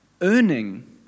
Earning